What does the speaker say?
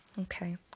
Okay